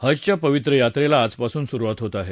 हजच्या पवित्र यात्रेला आजपासून सुरुवात होत आहे